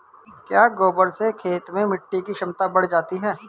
क्या गोबर से खेत में मिटी की क्षमता बढ़ जाती है?